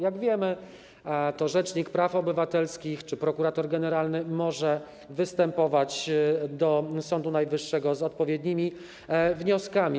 Jak wiemy, to rzecznik praw obywatelskich czy prokurator generalny może występować do Sądu Najwyższego z odpowiednimi wnioskami.